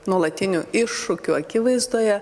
nuolatinių iššūkių akivaizdoje